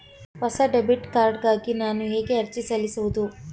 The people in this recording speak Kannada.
ಹೊಸ ಡೆಬಿಟ್ ಕಾರ್ಡ್ ಗಾಗಿ ನಾನು ಹೇಗೆ ಅರ್ಜಿ ಸಲ್ಲಿಸುವುದು?